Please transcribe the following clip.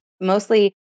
mostly